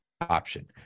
option